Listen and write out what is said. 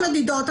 יש מדידות.